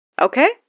Okay